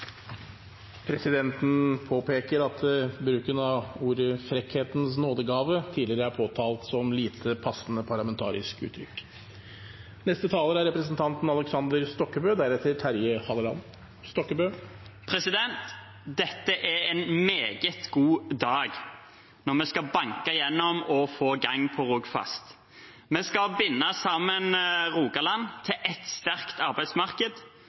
Presidenten påpeker at bruk av ordene «frekkhetens nådegave» tidligere er påtalt som et lite passende parlamentarisk uttrykk. Dette er en meget god dag – når vi skal banke gjennom og få gang på Rogfast. Vi skal binde sammen Rogaland til ett sterkt arbeidsmarked,